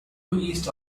east